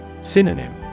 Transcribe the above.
Synonym